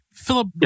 Philip